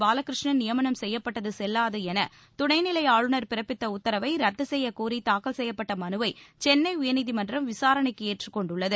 பாலகிருஷ்ணன் நியமனம் செய்யப்பட்டது செல்வாது என துணைநிலை ஆளுநர் பிறப்பித்த உத்தரவை ரத்து செய்யக்கோரி தாக்கல் செய்யப்பட்ட மனுவை சென்னை உயர்நீதிமன்றம் விசாரணைக்கு ஏற்றுக் கொண்டுள்ளது